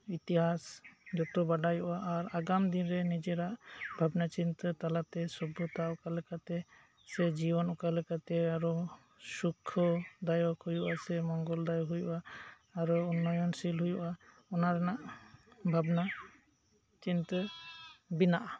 ᱤᱛᱤᱦᱟᱥ ᱡᱚᱛᱚ ᱵᱟᱰᱟᱭᱚᱜᱼᱟ ᱟᱨ ᱟᱜᱟᱢ ᱫᱤᱱ ᱨᱮ ᱱᱤᱡᱮᱨᱟᱜ ᱵᱷᱟᱵᱽᱱᱟ ᱪᱤᱱᱛᱟᱹ ᱛᱟᱞᱟᱛᱮ ᱥᱚᱵᱽᱵᱷᱚᱛᱟ ᱚᱠᱟ ᱞᱮᱠᱟᱛᱮ ᱥᱮ ᱡᱤᱭᱚᱱ ᱚᱠᱟ ᱞᱮᱠᱟᱛᱮ ᱟᱨ ᱦᱚᱸ ᱥᱩᱠᱠᱷᱚ ᱫᱟᱭᱚᱠ ᱦᱩᱭᱜᱼᱟ ᱥᱮ ᱢᱚᱝᱜᱚᱞ ᱫᱟᱭᱚᱠ ᱦᱩᱭᱩᱜᱼᱟ ᱟᱨᱚ ᱩᱱᱱᱚᱭᱚᱱᱥᱤᱞ ᱦᱩᱭᱩᱜᱼᱟ ᱚᱱᱟ ᱨᱮᱱᱟᱜ ᱵᱷᱟᱵᱽᱱᱟ ᱪᱤᱱᱛᱟᱹ ᱵᱮᱱᱟᱜᱼᱟ